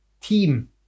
team